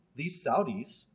these saudis,